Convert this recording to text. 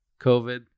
COVID